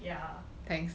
ya